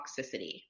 toxicity